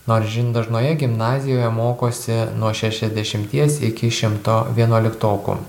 nors žin dažnoje gimnazijoje mokosi nuo šešiasdešimties iki šimto vienuoliktokų